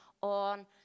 on